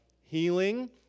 healing